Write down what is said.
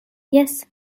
jes